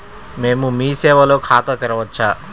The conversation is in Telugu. మేము మీ సేవలో ఖాతా తెరవవచ్చా?